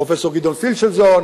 פרופסור גדעון פישלזון,